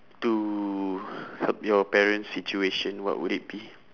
to help your parents situation what would it be